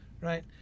right